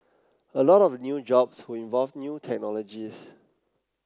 a lot of new jobs would involve new technologies